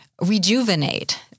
rejuvenate